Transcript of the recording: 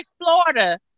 Florida